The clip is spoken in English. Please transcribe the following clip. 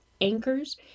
anchors